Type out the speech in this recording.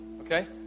okay